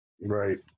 Right